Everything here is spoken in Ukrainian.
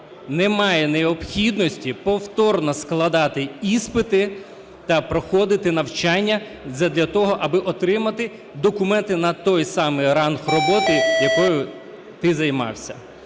немає необхідності повторно складати іспити та проходити навчання задля того, аби отримати документи на той самий ранг роботи, якою ти займався.